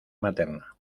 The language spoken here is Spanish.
materna